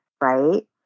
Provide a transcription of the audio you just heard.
right